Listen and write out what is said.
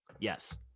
Yes